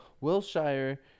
Wilshire